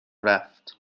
رفت